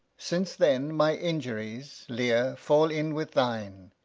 since then my injuries, lear, fall in with thine,